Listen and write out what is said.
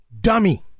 Dummy